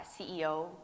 CEO